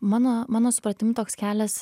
mano mano supratimu toks kelias